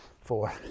four